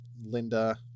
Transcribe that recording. Linda